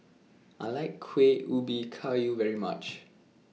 I like Kueh Ubi Kayu very much